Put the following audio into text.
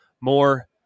more